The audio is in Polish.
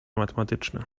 matematyczne